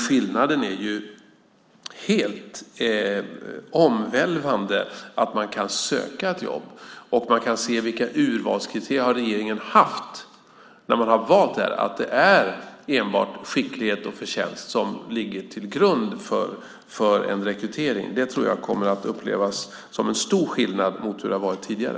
Skillnaden är dock helt omvälvande när det gäller att man kan söka ett jobb och se vilka urvalskriterier regeringen har haft när man har valt och att det enbart är skicklighet och förtjänst som ligger till grund för en rekrytering. Det kommer att upplevas som en stor skillnad mot hur det har varit tidigare.